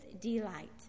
delight